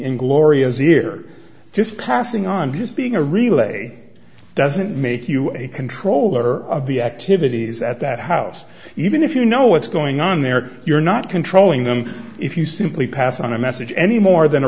in gloria's here just passing on his being a relay doesn't make you a controller of the activities at that house even if you know what's going on there you're not controlling them if you simply pass on a message any more than a